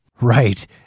Right